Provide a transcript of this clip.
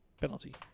penalty